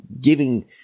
giving